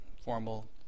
formal